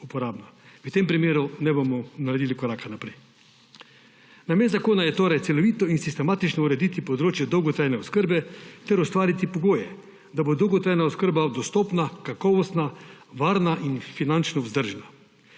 V tem primeru ne bomo naredili koraka naprej. Namen zakona je torej celovito in sistematično urediti področje dolgotrajne oskrbe ter ustvariti pogoje, da bo dolgotrajna oskrba dostopna, kakovostna, varna in finančno vzdržna.